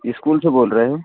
school से बोल रहे हो